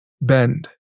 bend